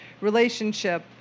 relationship